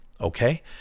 Okay